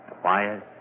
Quiet